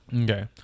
Okay